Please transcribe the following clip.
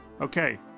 Okay